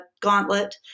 gauntlet